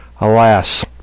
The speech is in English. Alas